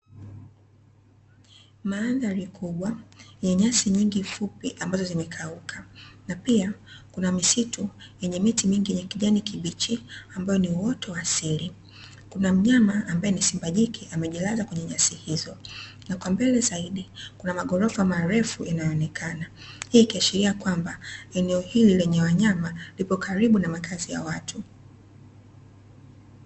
Maandhari kubwa yenye nyasi nyingi fupi ambazo zimekauka na pia kuna misitu yenye miti mingi ya kijani kibichi ambayo ni uoto wa asili. Kuna mnyama ambaye ni simba jike amejilaza kwenye nyasi izo na kwa mbele zaidi kuna maghorofa marefu yanayoonekana, hii ikiashiria kwamba eneo hili lenye wanyama lipo karibu na makazi ya watu.